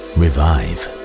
revive